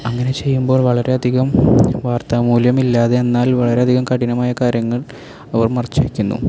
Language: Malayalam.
അങ്ങനെ ചെയ്യുമ്പോൾ വളരെയധികം വാർത്ത മൂല്യമില്ലാതെ എന്നാൽ വളരെയധികം കഠിനമായ കാര്യങ്ങൾ അവർ മറച്ചുവെക്കുന്നു